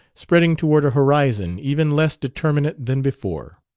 spreading toward a horizon even less determinate than before.